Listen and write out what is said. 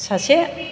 सासे